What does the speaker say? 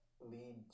lead